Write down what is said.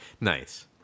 Nice